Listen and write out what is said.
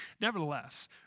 Nevertheless